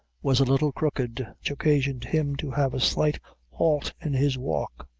was a little crooked, which occasioned him to have a slight halt in his walk.